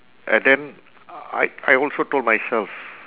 and then I I also told myself